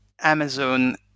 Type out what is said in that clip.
amazon